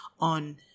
on